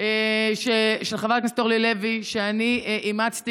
של חברת הכנסת אורלי לוי שאני אימצתי